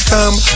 Come